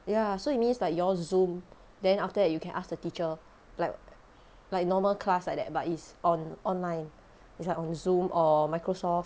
ya so it means like you all zoom then after that you can ask the teacher like like normal class like that but is on online it's like on zoom or microsoft